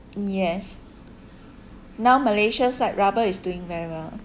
yes now malaysia side rubber is doing very well